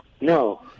No